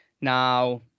Now